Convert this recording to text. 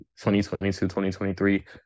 2022-2023